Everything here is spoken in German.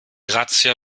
razzia